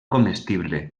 comestible